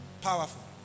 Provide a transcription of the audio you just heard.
Powerful